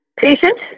patient